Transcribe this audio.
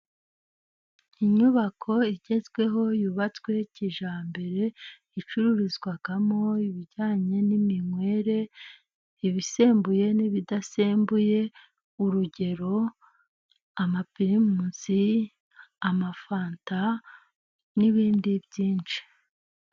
Inyubako igezweho yubatswe kijyambere icururizwamo ibijyanye n'iminywere. Ibisembuye n'ibidasembuye, urugero: amapirimusi, amafanta, n'ibindi byinshi.